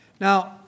Now